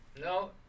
no